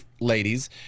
ladies